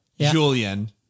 Julian